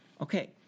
Okay